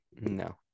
No